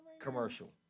commercial